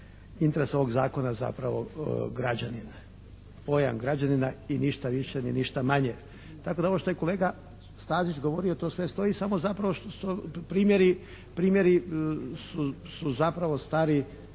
interesa ovog zakona zapravo građanin, pojam građanina i ništa više ni ništa manje, tako da ovo što je kolega Stazić govorio to sve stoji samo zapravo što su primjeri zapravo stari